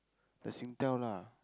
the Singtel lah